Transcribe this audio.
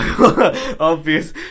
Obvious